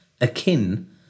akin